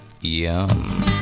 Yum